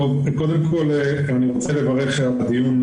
קודם כל אני רוצה לברך על הדיון,